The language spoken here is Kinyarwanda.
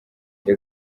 iyo